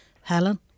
Helen